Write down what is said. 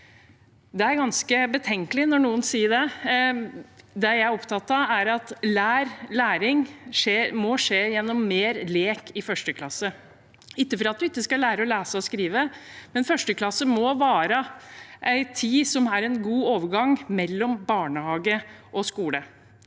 Det er ganske betenkelig når noen sier det. Det jeg er opptatt av, er at læring må skje gjennom mer lek i 1. klasse – ikke for at en ikke skal lære å lese og skrive, men 1. klasse må være en tid som er en god over gang mellom barnehage og skole.